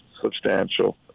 substantial